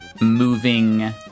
moving